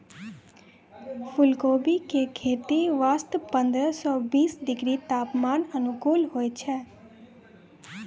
फुलकोबी के खेती वास्तॅ पंद्रह सॅ बीस डिग्री तापमान अनुकूल होय छै